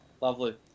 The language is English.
Lovely